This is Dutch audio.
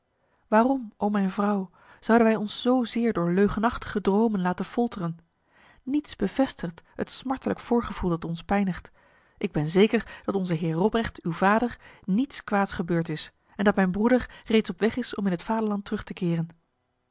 waarom o mijn vrouw zouden wij ons zozeer door leugenachtige dromen laten folteren niets bevestigt het smartlijk voorgevoel dat ons pijnigt ik ben zeker dat onze heer robrecht uw vader niets kwaads gebeurd is en dat mijn broeder reeds op weg is om in het vaderland terug te keren